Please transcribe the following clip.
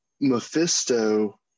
Mephisto